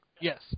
yes